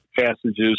passages